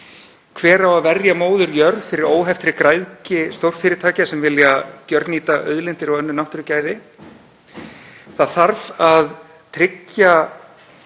Hver á að verja móður jörð fyrir óheftri græðgi stórfyrirtækja sem vilja gjörnýta auðlindir og önnur náttúrugæði? Það þarf að tryggja